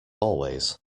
always